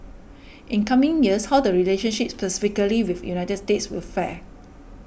in coming years how the relationship specifically with United States will fare